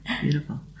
Beautiful